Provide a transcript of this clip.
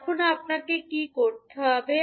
এখন আপনার কি করতে হবে